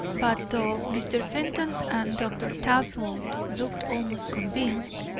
but, though mr. fenton and dr. talbot looked almost convinced,